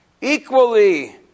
equally